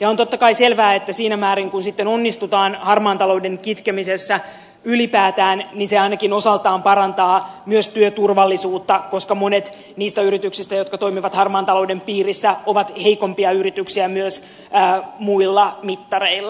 on totta kai selvää että siinä määrin kuin sitten onnistutaan harmaan talouden kitkemisessä ylipäätään niin se ainakin osaltaan parantaa myös työturvallisuutta koska monet niistä yrityksistä jotka toimivat harmaan talouden piirissä ovat heikompia yrityksiä myös muilla mittareilla mitattuna